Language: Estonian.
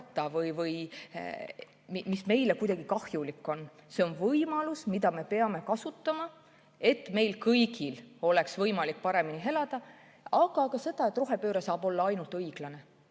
või mis meile kuidagi kahjulik on. See on võimalus, mida me peame kasutama, et meil kõigil oleks võimalik paremini elada. Aga [sõnum oli] ka see, et rohepööre saab olla ainult õiglane.